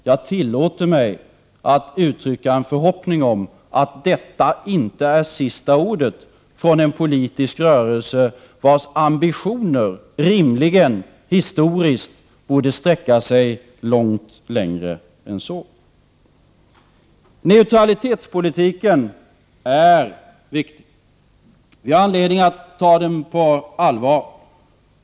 Jag tillåter mig att uttrycka en förhoppning om att detta inte är sista ordet från en politisk rörelse vars ambitioner rimligen historiskt borde sträcka sig mycket längre än så. Neutralitetspolitiken är viktig. Vi har anledning att ta den på allvar.